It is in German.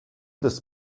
des